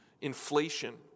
inflation